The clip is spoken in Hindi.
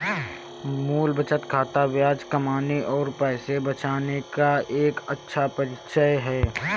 मूल बचत खाता ब्याज कमाने और पैसे बचाने का एक अच्छा परिचय है